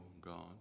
God